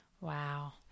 Wow